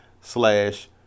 slash